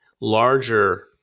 larger